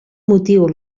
motiu